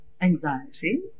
anxiety